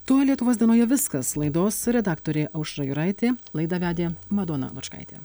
tuo lietuvos dienoje viskas laidos redaktorė aušra juraitė laidą vedė madona lučkaitė